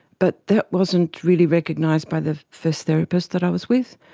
but that wasn't really recognised by the first therapist that i was with,